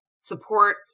support